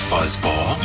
Fuzzball